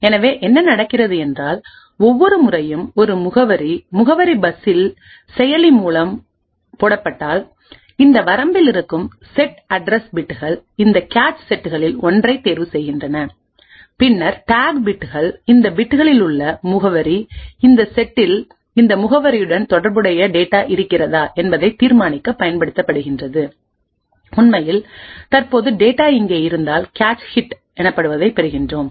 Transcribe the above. எனவே என்ன நடக்கிறது என்றால் ஒவ்வொரு முறையும் ஒரு முகவரி முகவரி பஸ்ஸில் செயலி மூலம் போடப்பட்டால் இந்த வரம்பில் இருக்கும் செட் அட்ரஸ் பிட்கள் இந்த கேச் செட்களில் ஒன்றைத் தேர்வு செய்கின்றன பின்னர் டேக் பிட்கள் இந்த பிட்களில் உள்ள முகவரி இந்த செட்டில் இந்த முகவரியுடன் தொடர்புடைய டேட்டா இருக்கிறதா என்பதை தீர்மானிக்க பயன்படுகிறது உண்மையில் தற்போது டேட்டா இங்கே இருந்தால் கேச் ஹிட் எனப்படுவதைப் பெறுகிறோம்